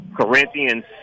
Corinthians